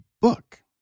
book